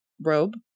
robe